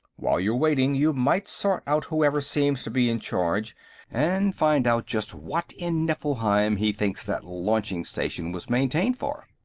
while you're waiting, you might sort out whoever seems to be in charge and find out just what in nifflheim he thinks that launching-station was maintained for.